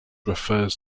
refers